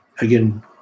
again